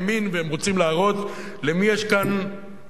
והם רוצים להראות למי יש כאן כוח,